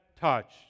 touched